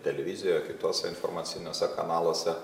televizijoje kituose informaciniuose kanaluose